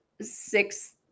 six